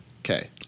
Okay